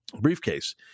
Briefcase